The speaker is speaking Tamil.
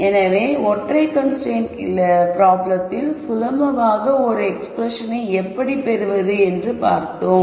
எனவே ஒற்றைக் கன்ஸ்ரைன்ட் ப்ராப்ளத்தில் சுலபமான ஒரு எக்ஸ்ப்ரெஸ்ஸனை எப்படி பெறுவது என்று பார்ப்போம்